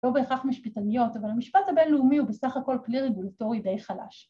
‫לא בהכרח משפטניות, ‫אבל המשפט הבינלאומי ‫הוא בסך הכול כלי רגוליטורי די חלש.